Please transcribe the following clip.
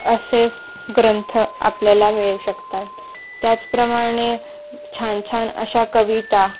असे ग्रंथ आपल्याला मिळू शकतात त्याचप्रमाणे छान छान अशा कविता